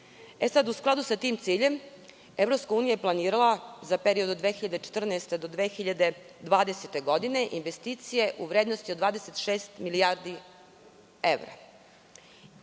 U skladu sa tim ciljem EU je planirala za period od 2014. do 2020. godine investicije u vrednosti od 26 milijardi evra.